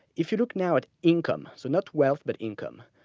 if you look now at income, so not wealth, but income.